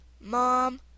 mom